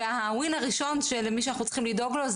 ה-win הראשון זה למי שאנחנו צריכים לדאוג לו,